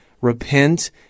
Repent